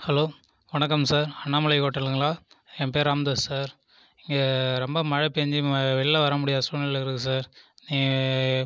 hello வணக்கம் sir Annamalai ஹோட்டலுங்களா என் பேர் ராமதாஸ் சார் இங்கே ரொம்ப மழை பேய்ஞ்சி வெளில வரமுடியாத சூழ்நிலை இருக்குது சார்